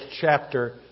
chapter